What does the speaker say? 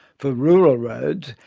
for rural roads,